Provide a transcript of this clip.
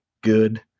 good